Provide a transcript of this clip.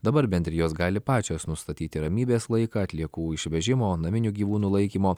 dabar bendrijos gali pačios nustatyti ramybės laiką atliekų išvežimo naminių gyvūnų laikymo